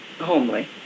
homely